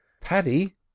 Paddy